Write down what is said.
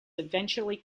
eventually